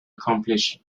accomplish